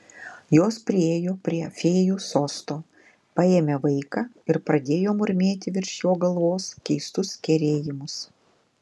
jos priėjo prie fėjų sosto paėmė vaiką ir pradėjo murmėti virš jo galvos keistus kerėjimus